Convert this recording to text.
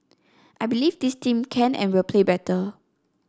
I believe this team can and will play better